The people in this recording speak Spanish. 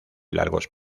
largos